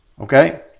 Okay